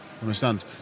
understand